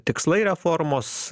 tikslai reformos